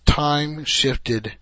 time-shifted